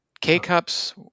K-cups